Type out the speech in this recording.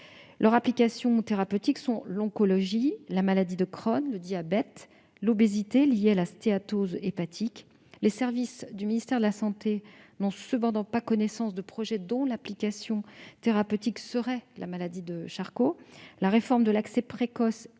Leurs applications thérapeutiques sont l'oncologie, la maladie de Crohn, le diabète et l'obésité liés à la stéatose hépatique. Les services du ministère de la santé n'ont cependant pas connaissance de projets dont l'application thérapeutique serait la maladie de Charcot. La réforme de l'accès précoce